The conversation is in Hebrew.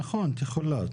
נכון, תחולט.